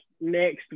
next